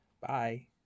Bye